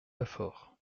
lafaure